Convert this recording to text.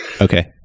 Okay